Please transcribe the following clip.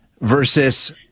versus